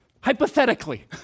Hypothetically